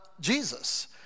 Jesus